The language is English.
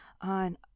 on